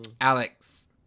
Alex